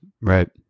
right